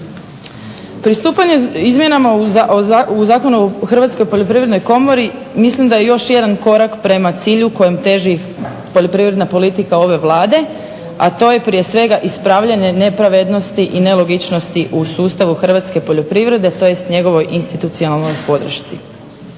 Pristupanje izmjenama u Zakonu o Hrvatskoj poljoprivrednoj komori mislim da je još jedan korak prema cilju kojem teži poljoprivredna politika ove Vlade, a to je prije svega ispravljanje nepravednosti i nelogičnosti u sustavu hrvatske poljoprivrede tj. njegovoj institucionalnoj podršci.